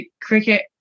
Cricket